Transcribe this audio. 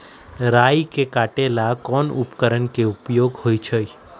राई के काटे ला कोंन उपकरण के उपयोग होइ छई?